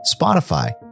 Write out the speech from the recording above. Spotify